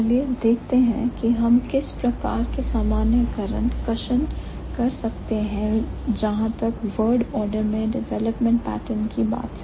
चलिए देखते हैं कि हम इस प्रकार की सामान्यीकरण ड्रॉ या कर्षण कर सकते हैं जहां तक word order मैं डिवेलपमेंट पैटर्न की बात है